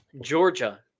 Georgia